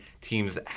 Teams